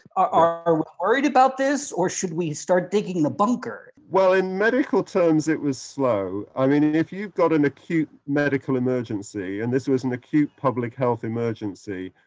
are we worried about this, or should we start digging the bunker? well, in medical terms, it was slow, i mean, and if you've got an acute medical emergency and this was an acute public-health emergency,